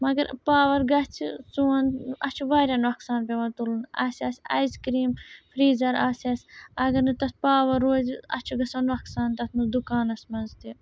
مگر پاوَر گَژھِ ژۄن اَسہِ چھُ واریاہ نۄقصان پٮ۪وان تُلُن اَسہِ آسہِ آیِس کرٛیٖم فرٛیٖزَر آسہِ اَسہِ اگر نہٕ تَتھ پاوَر روزِ اَسہِ چھُ گژھان نۄقصان تَتھ منٛز دُکانَس منٛز تہِ